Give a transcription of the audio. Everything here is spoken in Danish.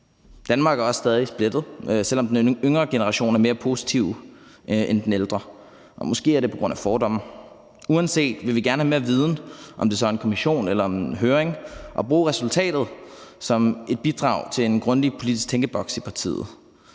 Danmark er også stadig splittet, selv om den yngre generation er mere positiv end den ældre, og måske er det på grund af fordomme. Uanset hvad vil vi gerne have mere viden, om det så er ved en kommission eller en høring, og bruge resultatet som et bidrag til en grundig politisk tænkeboks i partiet